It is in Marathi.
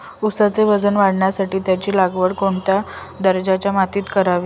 ऊसाचे वजन वाढवण्यासाठी त्याची लागवड कोणत्या दर्जाच्या मातीत करावी?